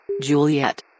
juliet